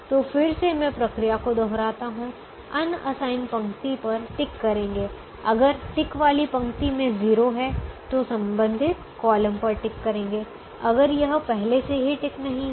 तो फिर से मैं प्रक्रिया को दोहराता हूं अनअसाइन पंक्ति पर टिक करेंगे अगर टिक वाली पंक्ति में 0 है तो संबंधित कॉलम पर टिक करेंगे अगर यह पहले से ही टिक नहीं है